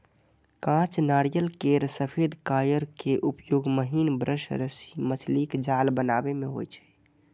कांच नारियल केर सफेद कॉयर के उपयोग महीन ब्रश, रस्सी, मछलीक जाल बनाबै मे होइ छै